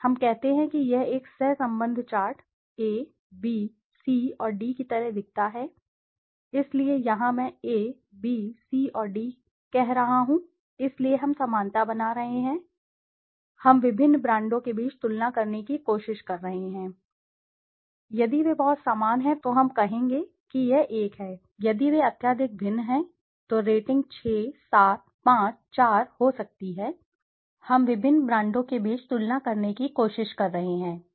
हम कहते हैं कि यह एक सहसंबंध चार्ट ए बी सी और डी की तरह दिखता है इसलिए यहां मैं ए बी सी और डी कह रहा हूं इसलिए हम समानता बना रहे हैं हम विभिन्न ब्रांडों के बीच तुलना करने की कोशिश कर रहे हैं समानता